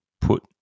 put